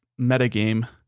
metagame